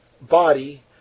body